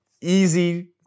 easy